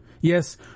Yes